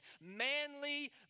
manly